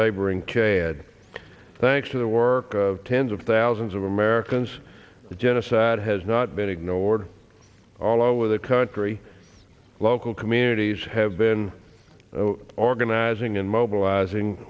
neighboring k ed thanks to the work of tens of thousands of americans the genocide has not been ignored all over the country local communities have been organizing and mobilizing